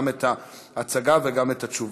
גם את ההצגה וגם את התשובה.